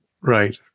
right